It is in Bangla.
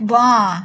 বাঁ